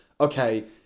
okay